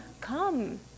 come